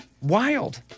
Wild